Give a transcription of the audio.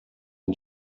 and